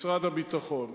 משרד הביטחון.